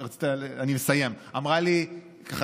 ככה,